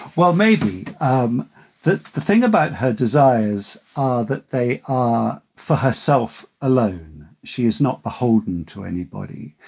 well, maybe um the thing about her desire is ah that they are for herself alone. she is not a holden to anybody.